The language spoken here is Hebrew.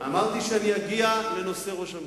אמרתי שאני אגיע לנושא ראש הממשלה.